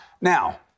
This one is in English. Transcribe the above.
Now